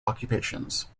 occupations